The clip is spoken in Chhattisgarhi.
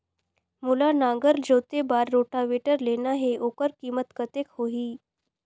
मोला नागर जोते बार रोटावेटर लेना हे ओकर कीमत कतेक होही?